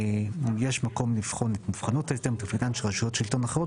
יש מקום לבחון את מובחנות ההסדר מתפקידן של רשויות שלטון אחרות.